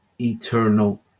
eternal